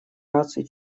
наций